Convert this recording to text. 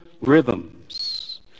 rhythms